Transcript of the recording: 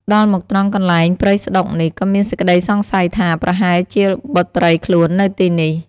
ដល់មកត្រង់កន្លែងព្រៃស្ដុកនេះ ក៏មានសេចក្ដីសង្ស័យថា ប្រហែលជាបុត្រីខ្លួននៅទីនេះ។